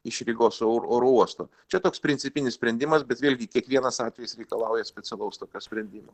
iš rygos oro uosto čia toks principinis sprendimas bet vėlgi kiekvienas atvejis reikalauja specialaus tokio sprendimo